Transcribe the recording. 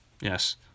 Yes